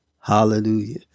Hallelujah